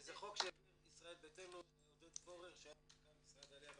זה חוק שהעביר עודד פורר מישראל ביתנו שהיה מנכ"ל משרד העלייה והקליטה.